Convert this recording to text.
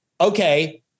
okay